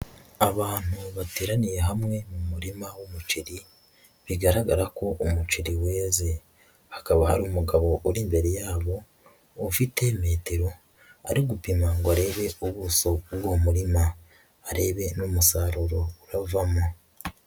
Abantu bateraniye hamwe mu murima w'umuceri bigaragara ko umuceri weze. Hakaba hari umugabo uri imbere yabo ufite metero ari gupima ngo arebe ubuso bw'uwo murima arebe n'umusaruro uravamo.